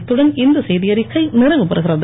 இத்துடன் இந்த செய்திஅறிக்கை நிறைவுபெறுகிறது